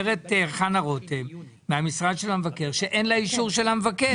אומרת חנה רותם מהמשרד של המבקר שאין לה אישור של המבקר.